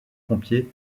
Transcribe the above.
pompiers